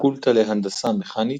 הפקולטה להנדסה מכנית